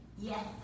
Yes